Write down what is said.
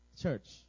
church